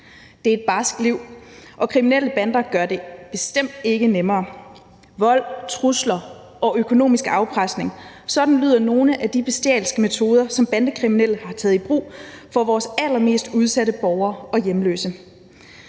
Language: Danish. Det er et barsk liv, og kriminelle bander gør det bestemt ikke nemmere. Vold, trusler og økonomisk afpresning er nogle af de bestialske metoder, som bandekriminelle har taget i brug over for vores allermest udsatte borgere og hjemløse.